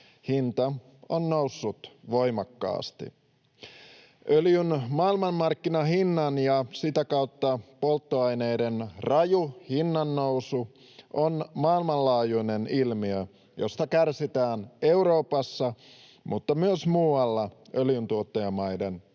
hinta on noussut voimakkaasti. Öljyn maailmanmarkkinahinnan ja sitä kautta polttoaineiden raju hinnannousu on maailmanlaajuinen ilmiö, josta kärsitään Euroopassa mutta myös muualla öljyntuottajamaiden ulkopuolella.